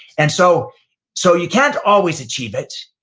and so so you can't always achieve it.